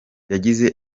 yagize